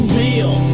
real